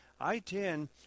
I-10